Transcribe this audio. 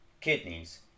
kidneys